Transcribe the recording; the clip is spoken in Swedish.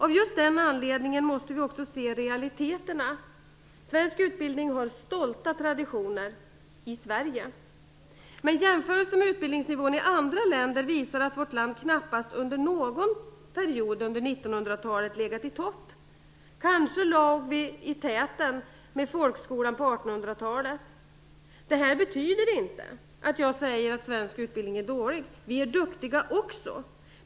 Av just den anledningen måste vi också se realiteterna. Svensk utbildning har stolta traditioner - i Sverige. Men jämförelser med utbildningsnivån i andra länder visar att vårt land knappast under någon period på 1900-talet har legat i topp. Kanske låg vi i täten med folkskolan på 1800-talet. Det betyder inte att jag säger att svensk utbildning är dålig. Vi är duktiga också.